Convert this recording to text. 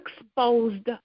exposed